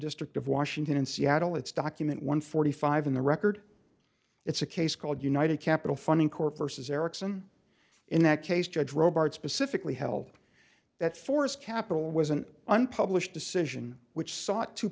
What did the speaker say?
district of washington in seattle it's document one forty five in the record it's a case called united capital funding court versus erickson in that case judge roberts specifically held that force capital was an unpublished decision which sought to